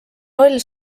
roll